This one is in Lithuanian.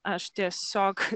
aš tiesiog